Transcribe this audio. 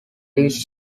these